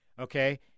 okay